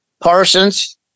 Parsons